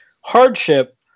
hardship